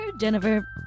Jennifer